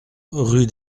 rue